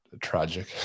tragic